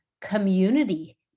community